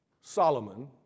Solomon